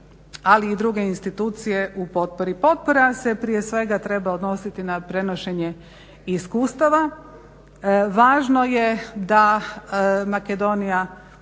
ali i druge institucije u potpori. Potpora se prije svega treba odnositi na prenošenje iskustava. Važno je da Makedonija